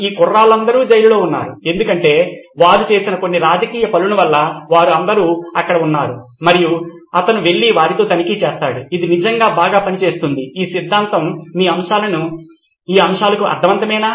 ఈ కుర్రాళ్లందరూ జైలులో ఉన్నారు ఎందుకంటే వారు చేసిన కొన్ని రాజకీయ పనుల వల్ల వారు అందరూ అక్కడ ఉన్నారు మరియు అతను వెళ్లి వారితో తనిఖీ చేస్తాడు ఇది నిజంగా బాగా పని చేస్తుంది ఈ సిద్ధాంతం మీ అంశాలకు అర్ధవంతమేనా